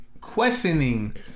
questioning